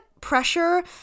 pressure